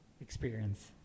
experience